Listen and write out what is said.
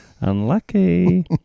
Unlucky